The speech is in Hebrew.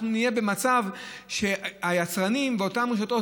אנחנו נהיה במצב שהיצרנים ואותן רשתות,